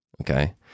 okay